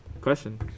question